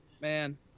Man